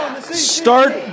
Start